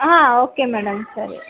ಹಾಂ okay madam ಸರಿ